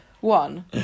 one